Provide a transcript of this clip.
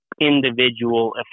individual